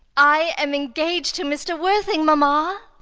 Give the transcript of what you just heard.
i am engaged to mr. worthing, mamma.